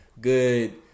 good